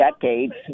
decades